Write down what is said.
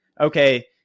okay